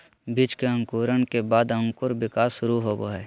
बीज के अंकुरण के बाद अंकुर विकास शुरू होबो हइ